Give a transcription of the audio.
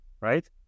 right